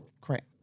correct